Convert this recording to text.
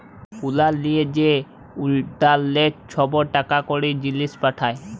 উয়ার লিয়ে যে ইলটারলেটে ছব টাকা কড়ি, জিলিস পাঠায়